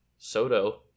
Soto